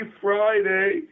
Friday